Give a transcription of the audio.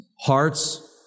hearts